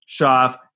Shoff